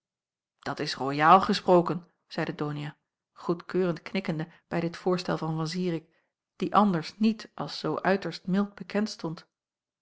dat is roiaal gesproken zeide donia goedkeurend knikkende bij dit voorstel van van zirik die anders niet als zoo uiterst mild bekend stond